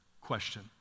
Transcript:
question